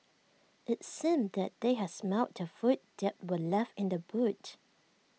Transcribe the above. IT seemed that they had smelt the food that were left in the boot